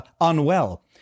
unwell